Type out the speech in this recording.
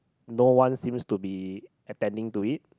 no one seems to be attending to it